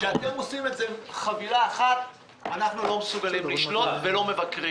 כשאתם עושים את זה חבילה אחת אנחנו לא מסוגלים לשלוט ולא לבקר.